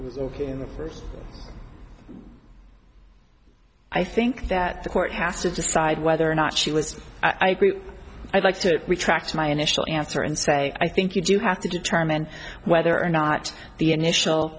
anywhere in the first i think that the court has to decide whether or not she was i agree i'd like to retract my initial answer and say i think you do have to determine whether or not the initial